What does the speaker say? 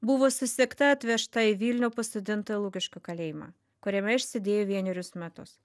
buvo susekta atvežta į vilnių pasodinta į lukiškių kalėjimą kuriame išsėdėjo vienerius metus